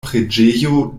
preĝejo